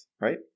right